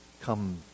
come